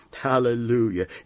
Hallelujah